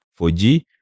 4G